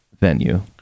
venue